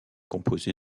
composé